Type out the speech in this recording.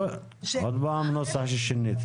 עוד פעם "נוסח ששינית"?